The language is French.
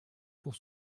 pour